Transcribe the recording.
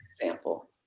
Example